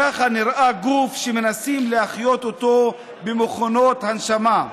ככה נראה גוף שמנסים להחיות אותו במכונות הנשמה.